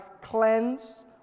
cleanse